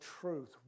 truth